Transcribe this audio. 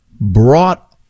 brought